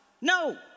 No